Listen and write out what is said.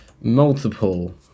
Multiple